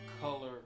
color